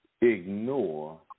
ignore